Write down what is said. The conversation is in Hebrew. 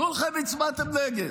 כולכם הצבעתם נגד,